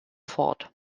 fort